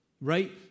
right